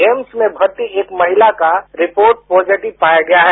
AIIMS में भर्ती एक महिला का रिपोर्ट पॉजिटिव पाया गया है